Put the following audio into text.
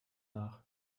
nach